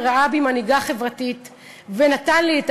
פרופסור רייכמן ראה בי מנהיגה חברתית ונתן לי את